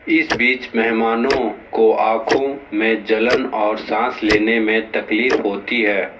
इस बीच मेहमानों को आंखों मे जलन और सांस लेने में तकलीफ होती है